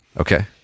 Okay